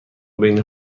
بین